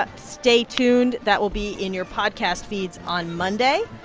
ah stay tuned. that will be in your podcast feeds on monday.